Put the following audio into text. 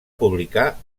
publicar